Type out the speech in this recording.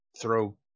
throw